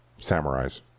samurais